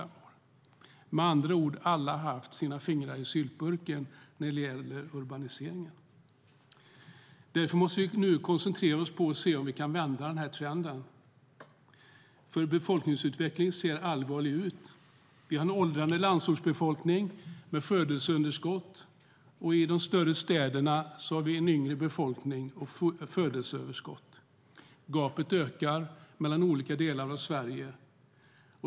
Med andra ord har alla haft sina fingrar i syltburken när det gäller urbaniseringen. Därför måste vi nu koncentrera oss på att vända trenden, för befolkningsutvecklingen ser allvarlig ut. Vi har en åldrande landsortsbefolkning med födelseunderskott. I de större städerna har vi en yngre befolkning och födelseöverskott. Gapet ökar mellan olika delar av Sverige.